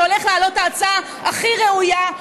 שהולך להעלות את ההצעה הכי ראויה,